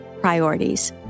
priorities